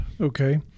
Okay